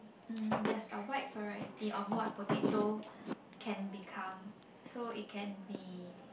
mm there's a wide variety of what potato can become so it can be